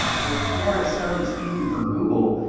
before i started speaking for google,